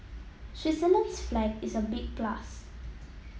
Switzerland's flag is a big plus